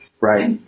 Right